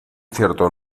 cierto